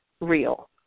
real